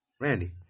Randy